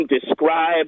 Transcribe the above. describe